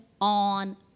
on